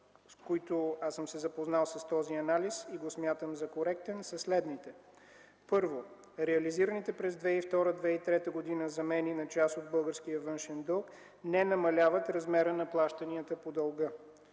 запознал, аз съм се запознал с този анализ и го смятам за коректен, са следните: - първо, реализираните през 2002-2003 г. замени на част от българския външен дълг не намаляват размера на плащанията по дълга,